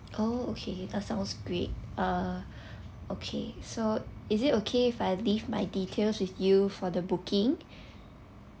oh okay that sounds great uh okay so is it okay if I leave my details with you for the booking